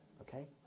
Okay